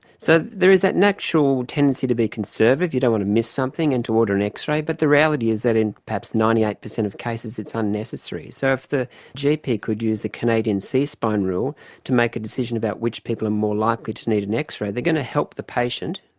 so there is that natural tendency to be conservative, you don't want to miss something, and to order an x-ray, but the reality is that in perhaps ninety eight percent of cases it is unnecessary. so if the gp could use the canadian c-spine rule to make a decision about which people are more likely to need an x-ray, they are going to help the patient,